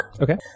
Okay